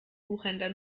buchhändler